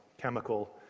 chemical